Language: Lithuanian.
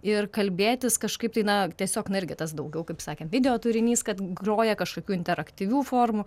ir kalbėtis kažkaip tai na tiesiog na irgi tas daugiau kaip sakėm video turinys kad groja kažkokių interaktyvių formų